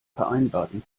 vereinbarten